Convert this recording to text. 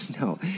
No